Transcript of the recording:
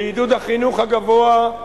לעידוד החינוך הגבוה,